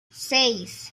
seis